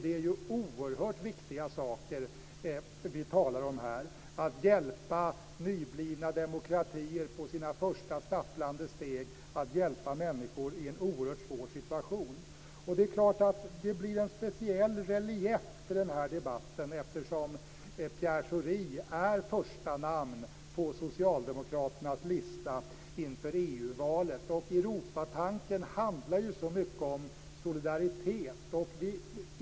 Det är oerhört viktiga saker vi talar om här: att hjälpa nyblivna demokratier med deras första stapplande steg och att hjälpa människor i en oerhört svår situation. Det är klart att denna debatt får en speciell relief eftersom Pierre Schori är förstanamn på socialdemokraternas lista inför EU-valet. Europatanken handlar ju så mycket om solidaritet.